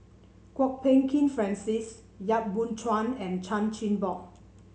Kwok Peng Kin Francis Yap Boon Chuan and Chan Chin Bock